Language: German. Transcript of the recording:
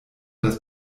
das